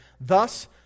Thus